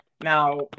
Now